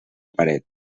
paret